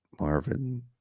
Marvin